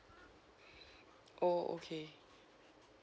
oh okay